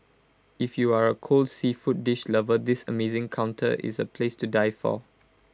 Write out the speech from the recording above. if you are A cold seafood dish lover this amazing counter is A place to die for